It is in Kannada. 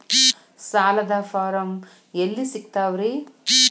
ಸಾಲದ ಫಾರಂ ಎಲ್ಲಿ ಸಿಕ್ತಾವ್ರಿ?